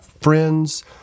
friends